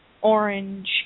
orange